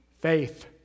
faith